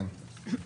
כן.